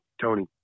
Tony